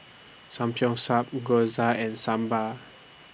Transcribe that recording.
Samgeyopsal Gyoza and Sambar